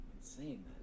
insane